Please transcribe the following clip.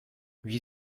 wie